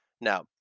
Now